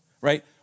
right